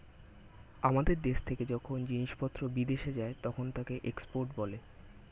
আমাদের দেশ থেকে যখন জিনিসপত্র বিদেশে যায় তখন তাকে এক্সপোর্ট বলে